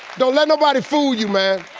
don't let nobody fool you man,